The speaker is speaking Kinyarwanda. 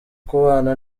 kubana